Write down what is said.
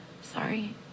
Sorry